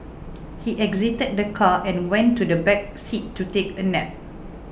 he exited the car and went to the back seat to take a nap